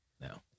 no